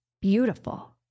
beautiful